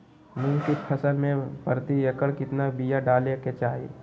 मूंग की फसल में प्रति एकड़ कितना बिया डाले के चाही?